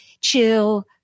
chill